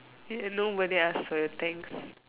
you know when they ask for your things